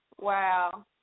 Wow